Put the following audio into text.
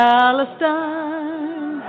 Palestine